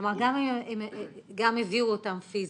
כלומר גם הביאו אותם פיזית,